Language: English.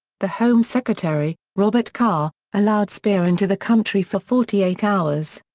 the home secretary, robert carr, allowed speer into the country for forty eight hours.